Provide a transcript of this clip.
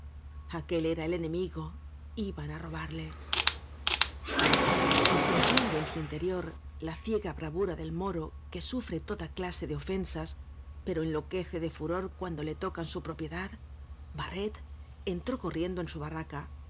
aquel era el enemigo iban a robarle y sintiendo en su interior la ciega bravur del moro que sufre toda clase de ofensas poro enloquece de furor cuando le tocan su propie dad barret entró corriendo en su barraca